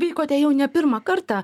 vykote jau ne pirmą kartą